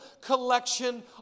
collection